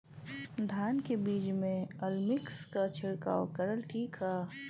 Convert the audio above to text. धान के बिज में अलमिक्स क छिड़काव करल ठीक ह?